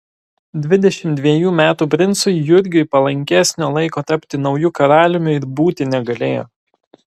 dvidešimt dvejų metų princui jurgiui palankesnio laiko tapti nauju karaliumi ir būti negalėjo